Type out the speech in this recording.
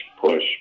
push